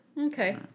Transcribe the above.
Okay